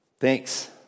thanks